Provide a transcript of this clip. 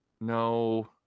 No